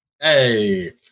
Hey